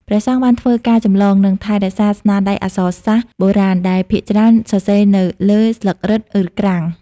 ព្រះសង្ឃបានធ្វើការចម្លង និងថែរក្សាស្នាដៃអក្សរសាស្ត្របុរាណ ដែលភាគច្រើនសរសេរនៅលើស្លឹករឹត ឬក្រាំង។